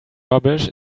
rubbish